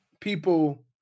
people